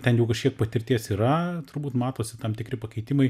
ten jau kažkiek patirties yra turbūt matosi tam tikri pakeitimai